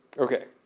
ok.